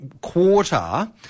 quarter